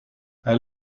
hij